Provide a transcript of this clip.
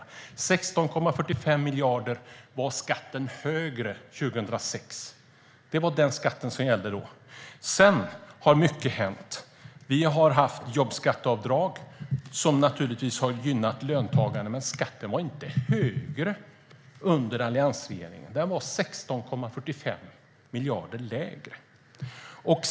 Skatten var 16,45 miljarder högre 2006. Det var den skatt som gällde då. Sedan har mycket hänt. Vi har haft jobbskatteavdrag, som naturligtvis har gynnat löntagarna. Men skatten var inte högre under alliansregeringen. Den var 16,45 miljarder lägre.